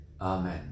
Amen